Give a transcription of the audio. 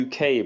UK